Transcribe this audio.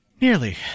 Nearly